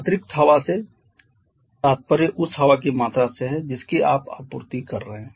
अतिरिक्त हवा से तात्पर्य उस हवा की मात्रा से है जिसकी आप आपूर्ति कर रहे हैं